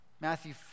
Matthew